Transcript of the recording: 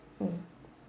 mm